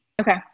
Okay